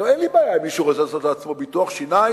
אין לי בעיה אם מישהו רוצה לעשות לעצמו ביטוח שיניים